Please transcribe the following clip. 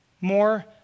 more